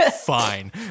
fine